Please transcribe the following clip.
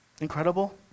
Incredible